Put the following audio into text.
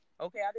Okay